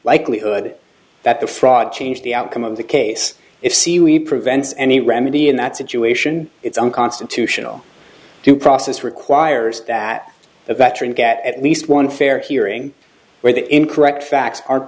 likelihood that the fraud changed the outcome of the case if seery prevents any remedy in that situation it's unconstitutional due process requires that the veteran get at least one fair hearing where the incorrect facts ar